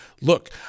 look